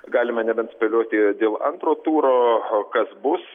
galima nebent spėlioti dėl antro turo o kas bus